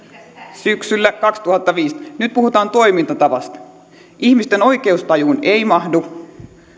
syksyllä kaksituhattaviisitoista nyt puhutaan toimintatavasta ihmisten oikeustajuun ei mahdu